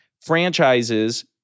franchises